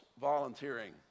volunteering